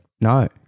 no